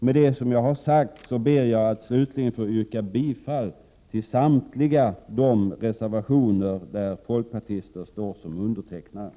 Med det sagda ber jag att slutligen få yrka bifall till samtliga de reservationer där folkpartister står som undertecknare.